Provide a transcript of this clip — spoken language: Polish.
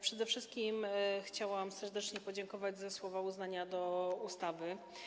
Przede wszystkim chciałam serdecznie podziękować za słowa uznania wobec ustawy.